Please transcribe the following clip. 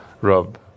Rob